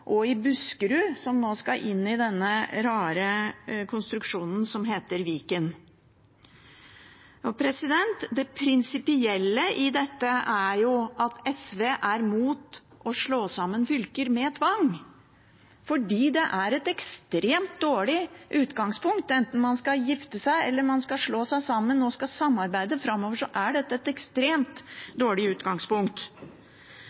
og i Buskerud, som nå skal inn i denne rare konstruksjonen som heter Viken. Det prinsipielle i dette er at SV er imot å slå sammen fylker med tvang fordi det er et ekstremt dårlig utgangspunkt. Enten man skal gifte seg, eller man skal slå seg sammen og samarbeide framover, er dette et